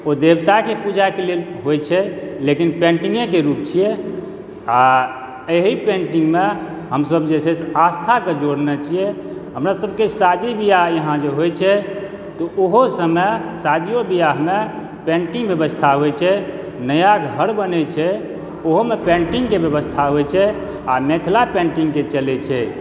ओ देवताके पूजाके लेल होइ छै लेकिन पेंटिंगेके रूप छियै आ एहि पेन्टिंगमे हमसब जे छै से आस्थाके जोड़ने छियै हमरा सबके जे शादी बिआह यहाँ होइ छै तऽ ओहो समय शादियो बिआहमे पैन्टिन्ग व्यवस्था होइ छै नया घर बनै छै ओहोमे पेन्टिंग के व्यवस्था होइ छै आ मिथिला पेन्टिंग के चलय छै